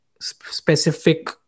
specific